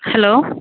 hello